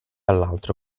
all’altro